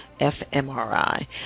fMRI